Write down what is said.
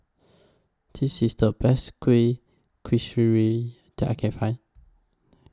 This IS The Best Kueh Kasturi that I Can Find